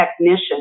technician